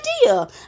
idea